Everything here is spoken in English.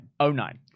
09